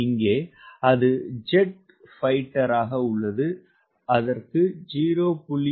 இங்கே அது jet fighter உள்ளது 0